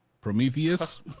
Prometheus